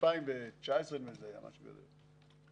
ב-2019 נדמה לי שזה היה, משהו כזה.